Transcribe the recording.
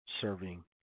serving